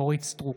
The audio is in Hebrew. אורית מלכה סטרוק,